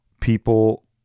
people